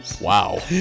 Wow